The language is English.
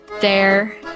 There